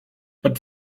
but